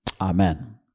Amen